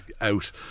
out